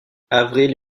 avril